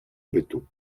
bytu